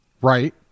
right